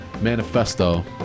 Manifesto